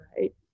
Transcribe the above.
right